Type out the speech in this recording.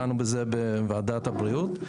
דנו בזה בוועדת הבריאות,